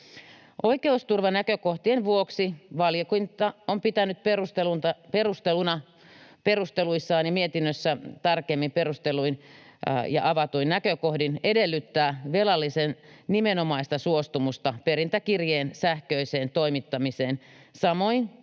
Oikeusturvanäkökohtien vuoksi valiokunta on pitänyt perusteltuna perusteluissaan ja mietinnössä tarkemmin perustelluin ja avatuin näkökohdin edellyttää velallisen nimenomaista suostumusta perintäkirjeen sähköiseen toimittamiseen samoin